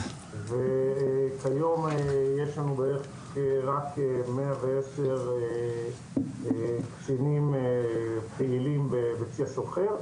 וכיום יש לנו מאה ועשרה קצינים פעילים בצי הסוחר.